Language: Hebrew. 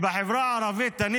שנייה.